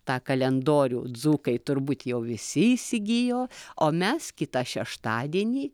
tą kalendorių dzūkai turbūt jau visi įsigijo o mes kitą šeštadienį